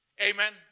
Amen